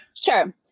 Sure